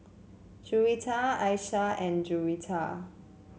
Juwita Aishah and Juwita